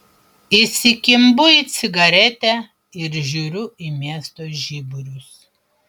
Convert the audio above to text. įsikimbu į cigaretę ir žiūriu į miesto žiburius